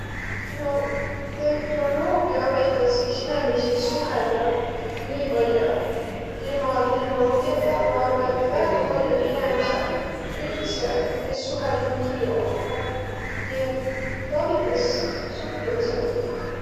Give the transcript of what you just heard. Noq tehnoloogia avitas iks inemiisil suheldaq nii pall'o. Ilma tehnoloogialda ma arva, et väega pall'oq inemiseq üldse es suhelnugi umavahel. Nii et ta avitas suhtlõmisõlõ üteh.